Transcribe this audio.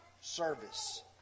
Service